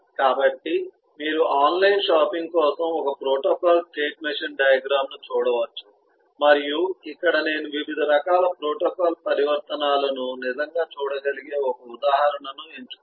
కాబట్టి మీరు online shopping కోసం ఒక ప్రోటోకాల్ స్టేట్ మెషిన్ డయాగ్రమ్ ను చూడవచ్చు మరియు ఇక్కడ నేను వివిధ రకాల ప్రోటోకాల్ పరివర్తనాలను నిజంగా చూడగలిగే ఒక ఉదాహరణను ఎంచుకున్నాను